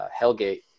Hellgate